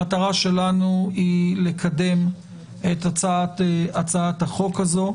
המטרה שלנו היא לקדם את הצעת החוק הזו.